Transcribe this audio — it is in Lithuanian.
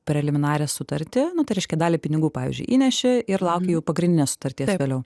preliminarią sutartį nu tai reiškia dalį pinigų pavyzdžiui įneši ir lauki jau pagrindinės sutarties vėliau